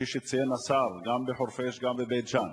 וכפי שציין השר, גם בחורפיש וגם בבית-ג'ן.